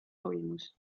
toimus